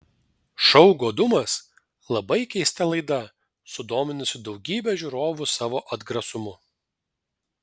šou godumas labai keista laida sudominusi daugybę žiūrovu savo atgrasumu